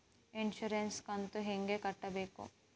Insurance ಕಂತು ಹೆಂಗ ಕಟ್ಟಬೇಕು?